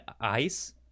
ice